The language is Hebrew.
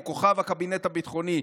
הוא כוכב הקבינט הביטחוני?